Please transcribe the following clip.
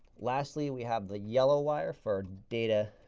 lastly, we have the yellow wire for data